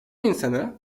insanı